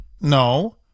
No